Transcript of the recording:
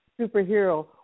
superhero